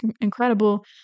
incredible